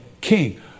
king